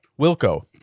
Wilco